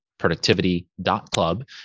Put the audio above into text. productivity.club